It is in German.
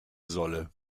solle